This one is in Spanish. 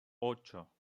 ocho